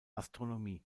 astronomie